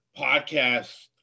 podcast